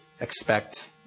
expect